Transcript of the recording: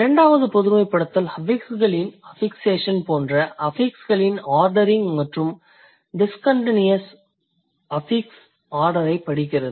இரண்டாவது பொதுமைப்படுத்தல் அஃபிக்ஸ்களின் அஃபிக்சேஷன் போன்ற அஃபிக்ஸ்களின் ஆர்டரிங் மற்றும் டிஸ்கண்டின்யஸ் அஃபிக்ஸ் ஆர்டரை படிக்கிறது